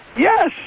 yes